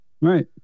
Right